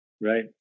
Right